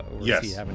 Yes